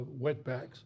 wetbacks